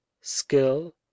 skill